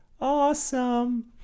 awesome